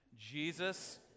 Jesus